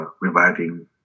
reviving